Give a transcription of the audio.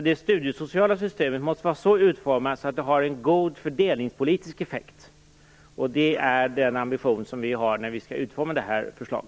Det studiesociala systemet måste vara så utformat att det har en god fördelningspolitisk effekt. Det är den ambition vi har när vi skall utforma detta förslag.